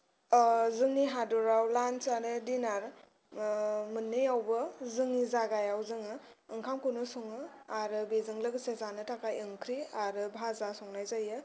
अ जोंनि हादराव लान्च आरो डिनार मोननैयावबो जोंनि जागायाव जोङो ओंखामखौनो सङो आरो बेजों लोगोसे जानो थाखाय ओंख्रि आरो बाजा संनाय जायो